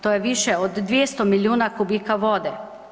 To je više od 200 milijuna kubika vode.